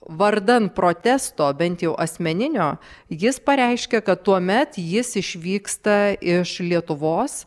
vardan protesto bent jau asmeninio jis pareiškia kad tuomet jis išvyksta iš lietuvos